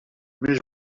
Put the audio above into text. més